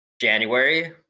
January